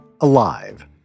alive